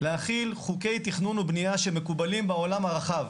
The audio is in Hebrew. להחיל חוקי תכנון ובנייה שמקובלים בעולם הרחב,